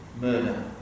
murder